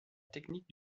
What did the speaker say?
technique